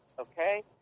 okay